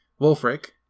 Wolfric